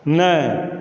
नहि